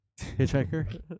hitchhiker